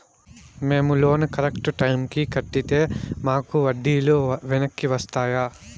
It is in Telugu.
మేము లోను కరెక్టు టైముకి కట్టితే మాకు వడ్డీ లు వెనక్కి వస్తాయా?